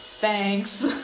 Thanks